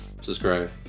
subscribe